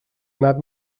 anat